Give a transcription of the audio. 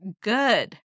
good